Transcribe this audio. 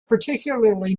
particularly